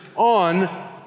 on